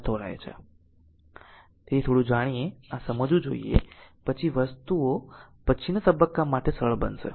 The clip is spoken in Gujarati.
તેથી થોડું જાણીએ આ સમજવું જોઈએ પછી વસ્તુઓ પછીના તબક્કા માટે સરળ બનશે